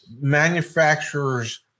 manufacturers